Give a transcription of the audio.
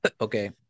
Okay